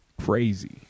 Crazy